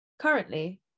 Currently